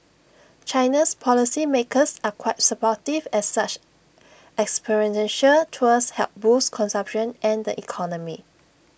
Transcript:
China's policy makers are quite supportive as such experiential tours help boost consumption and the economy